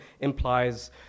implies